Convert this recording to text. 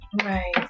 Right